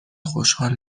خوشحال